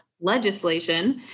legislation